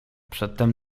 przedtem